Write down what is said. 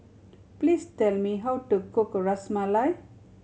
please tell me how to cook Ras Malai